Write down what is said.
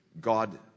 God